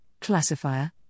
classifier